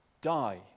die